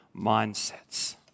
mindsets